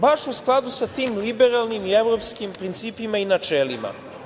Baš u skladu sa tim liberalnim i evropskim principima i načelima.